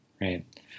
Right